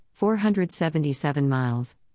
477-miles